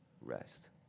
rest